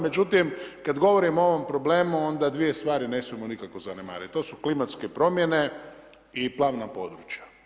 Međutim, kada govorimo o ovom problemu, onda 2 stvari ne smijemo nikako zanemariti, to su klimatske promjene i plavna područja.